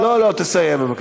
אתה, לא לא, תסיים בבקשה.